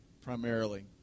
primarily